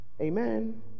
Amen